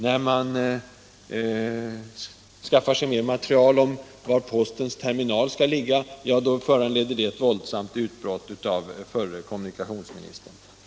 När man skaffar sig mer faktaunderlag i frågan om var postens terminal skall ligga, föranleder det ett våldsamt utbrott av den förre kommunikationsministern.